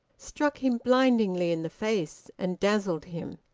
struck him blindingly in the face and dazzled him.